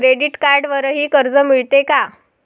Credit कार्डवरही कर्ज मिळते का?